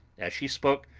as she spoke,